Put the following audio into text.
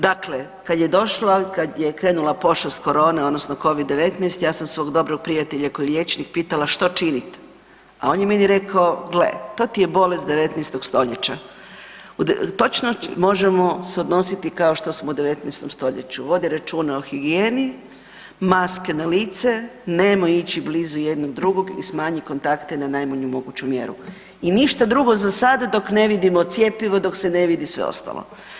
Dakle, kada je došla, kada je krenula pošast korone odnosno covid-19 ja sam svog dobrog prijatelja koji je liječnik pitala što činite, a on je meni rekao, gle to ti je bolest 19.stoljeća, točno možemo se odnositi kao što smo u 19.stoljeću, vodi računa o higijeni, maske na lice, nemoj ići blizu jednog drugog i smanji kontakte na najmanju moguću mjeru i ništa drugo za sada dok ne vidimo cjepivo, dok se ne vidi sve ostalo.